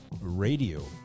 Radio